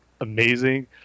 amazing